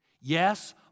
Yes